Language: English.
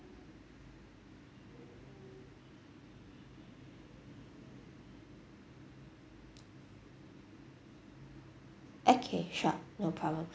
okay sure no problem